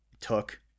took